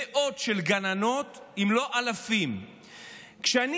מאות של גננות, אם לא אלפים.